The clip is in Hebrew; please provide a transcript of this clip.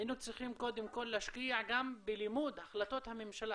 היינו צריכים קודם כל להשקיע גם בלימוד החלטות הממשלה,